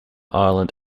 island